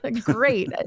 Great